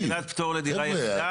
מבחינת פטור לדירה יחידה,